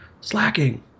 slacking